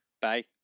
Bye